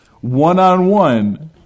one-on-one